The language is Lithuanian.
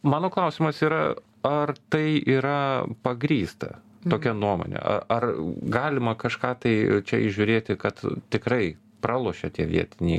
mano klausimas yra ar tai yra pagrįsta tokia nuomonė ar galima kažką tai čia įžiūrėti kad tikrai pralošia tie vietiniai